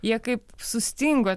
jie kaip sustingo